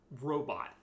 robot